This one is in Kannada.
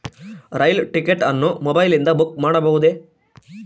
ರೈಲು ಟಿಕೆಟ್ ಅನ್ನು ಮೊಬೈಲಿಂದ ಬುಕ್ ಮಾಡಬಹುದೆ?